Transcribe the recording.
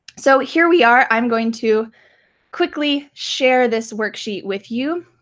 so here we are, i'm going to quickly share this worksheet with you.